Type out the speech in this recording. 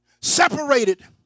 Separated